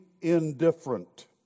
indifferent